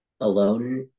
alone